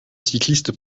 cycliste